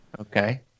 Okay